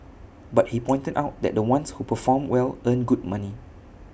but he pointed out that the ones who perform well earn good money